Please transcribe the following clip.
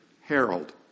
Harold